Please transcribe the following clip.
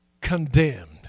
condemned